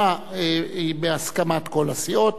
11 בעד, אין מתנגדים, אין נמנעים.